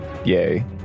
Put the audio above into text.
Yay